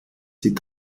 sie